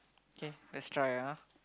K let's try ah